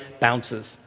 bounces